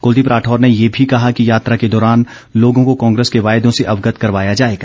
कुलदीप राठौर ने ये भी कहा कि यात्रा के दौरान लोगों को कांग्रेस के वायदों से अवगत करवाया जाएगा